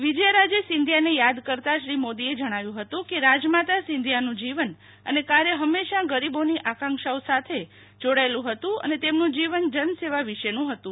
વિજયારાજે સિંધિયાને યાદ કરતા શ્રી મોદીએ જણાવ્યું હતુ કે રાજમાતા સિંધયાનું જીવન અને કાર્ય હંમેશા ગરીબોની આકંક્ષાઓ સાથે જોડાયેલુ હતુ અને તેમનું જીવન જનસેવા વિશેનું હતું